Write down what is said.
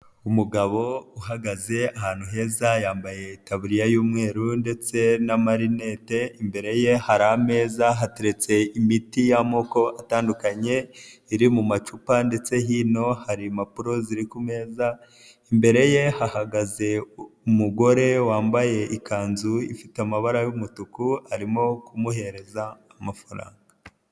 Umugabo uhagaze ahantu heza yambaye taburiya y'umweru, ndetse na marinet, imbere ye hari ameza hateretse imiti y'amoko atandukanye iri mu mumacupa, ndetsehino hari impapuro ziri kumeza, imbere ye hahagaze umugore wambaye ikanzu ifite amabara'umutuku, arimo kumuhereza amafaranga.